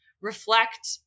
reflect